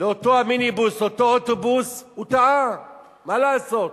לאותו המיניבוס, אותו אוטובוס, הוא טעה, מה לעשות,